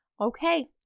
Okay